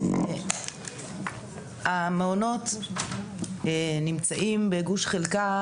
המעונות נמצאים בגוש/חלקה,